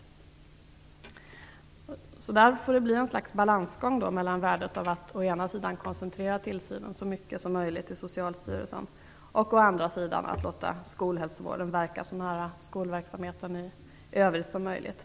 Det får alltså bli ett slags balansgång mellan värdet att å ena sidan koncentrera tillsynen så mycket som möjligt till Socialstyrelsen, och å andra sidan låta skolhälsovården verka så nära skolverksamheten i övrigt som möjligt.